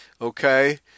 Okay